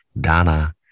Donna